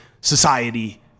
society